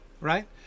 right